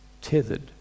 tethered